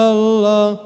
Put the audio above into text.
Allah